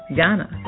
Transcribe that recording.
Ghana